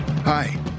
hi